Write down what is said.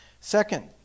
Second